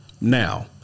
Now